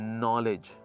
knowledge